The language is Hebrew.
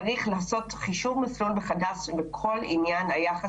צריך לעשות חישוב מסלול מחדש בכל היחס